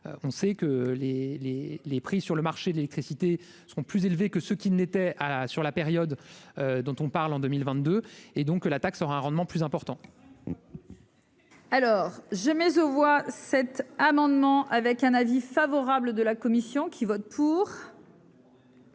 on sait que les les les prix sur le marché de l'électricité seront plus élevés que ceux qui n'étaient a sur la période dont on parle en 2022, et donc que la taxe aura un rendement plus important. Alors j'ai mis aux voix, cet amendement avec un avis favorable de la commission qui vote pour.